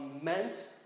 immense